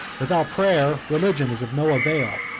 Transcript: without prayer religion is of no avail.